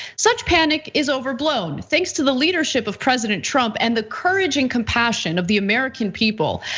such panic is overblown, thanks to the leadership of president trump and the courage and compassion of the american people.